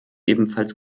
ebenfalls